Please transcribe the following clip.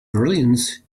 brilliance